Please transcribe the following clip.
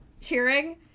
cheering